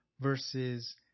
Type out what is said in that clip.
versus